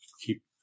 keep